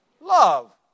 Love